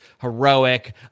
heroic